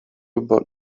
about